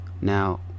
now